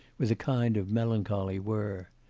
with a kind of melancholy whirr.